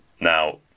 Now